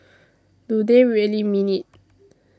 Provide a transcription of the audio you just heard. do they really mean it